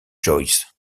joyce